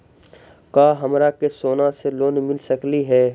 का हमरा के सोना से लोन मिल सकली हे?